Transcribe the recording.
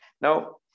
Now